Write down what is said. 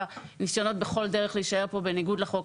ניסיונות בכל דרך להישאר פה בניגוד לחוק,